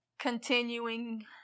Continuing